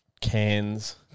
Cans